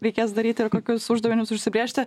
reikės daryti ir kokius uždavinius užsibrėžti